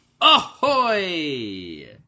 Ahoy